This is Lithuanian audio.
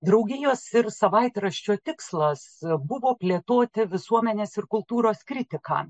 draugijos ir savaitraščio tikslas buvo plėtoti visuomenės ir kultūros kritiką